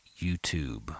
YouTube